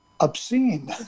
obscene